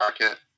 market